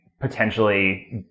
potentially